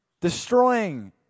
destroying